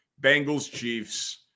Bengals-Chiefs